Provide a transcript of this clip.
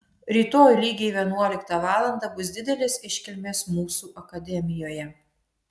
rytoj lygiai vienuoliktą valandą bus didelės iškilmės mūsų akademijoje